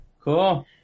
Cool